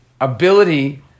ability